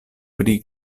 pri